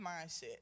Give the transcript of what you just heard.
mindset